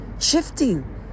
shifting